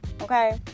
Okay